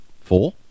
Four